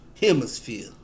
Hemisphere